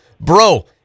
Bro